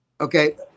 Okay